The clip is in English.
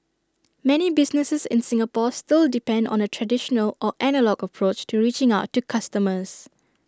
many businesses in Singapore still depend on A traditional or analogue approach to reaching out to customers